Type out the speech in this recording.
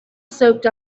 soaked